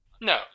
No